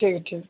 ٹھیک ہے